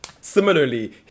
Similarly